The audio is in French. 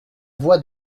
voix